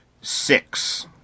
six